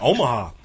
Omaha